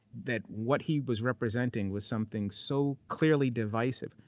that what he was representing was something so clearly divisive,